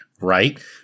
right